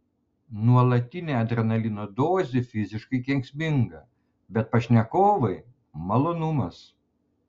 nuolatinė adrenalino dozė fiziškai kenksminga bet pašnekovai malonumas